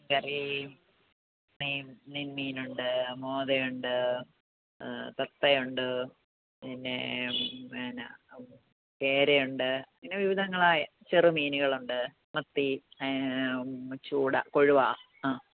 കറി നെയ് നെയമീനുണ്ട് മോദയുണ്ട് വെത്തയുണ്ട് പിന്നെ പിന്നെ കേരയുണ്ട് പിന്നെ വിവിധങ്ങളായ ചെറുമീനുകളുണ്ട് മത്തി ചൂട കൊഴുവ